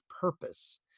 purpose